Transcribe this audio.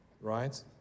right